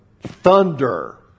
thunder